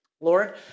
Lord